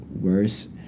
worse